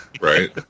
right